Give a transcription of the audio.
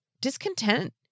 Discontent